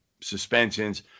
suspensions